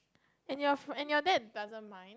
and your f~ and your dad doesn't mind